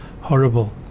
horrible